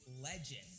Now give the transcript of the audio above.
legend